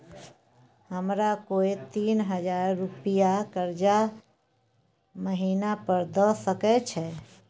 हमरा कोय तीन हजार रुपिया कर्जा महिना पर द सके छै?